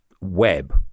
web